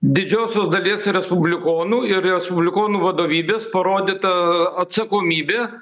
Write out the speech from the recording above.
didžiosios dalies ir respublikonų ir respublikonų vadovybės parodyta atsakomybė